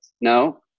No